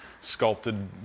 sculpted